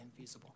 infeasible